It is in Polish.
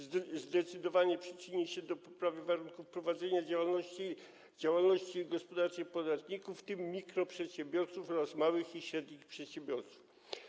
Zdecydowanie przyczyni się ona do poprawy warunków prowadzenia działalności gospodarczej podatników, w tym mikroprzedsiębiorców oraz małych i średnich przedsiębiorców.